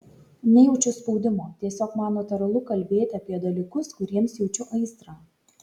nejaučiu spaudimo tiesiog man natūralu kalbėti apie dalykus kuriems jaučiu aistrą